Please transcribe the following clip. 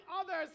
others